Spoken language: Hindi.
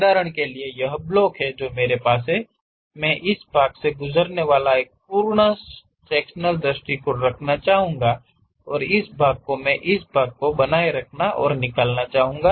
उदाहरण के लिए यह वह ब्लॉक है जो मेरे पास है मैं उस भाग से गुजरने वाला एक पूर्ण सेक्शनल दृष्टिकोण रखना चाहूंगा और इस भाग को मैं इस भाग को बनाए रखना और निकालना चाहूंगा